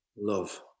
Love